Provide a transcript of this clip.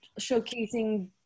showcasing